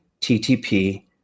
TTP